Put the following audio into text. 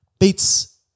beats